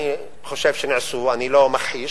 אני חושב שנעשו, אני לא מכחיש.